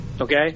Okay